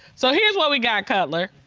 so here's what we got, cutler.